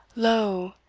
lo!